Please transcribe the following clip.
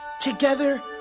Together